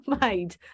made